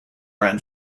ran